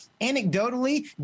Anecdotally